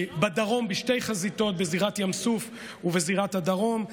בדרום בשתי חזיתות: בזירת ים סוף ובזירת הדרום,